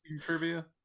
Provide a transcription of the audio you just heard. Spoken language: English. trivia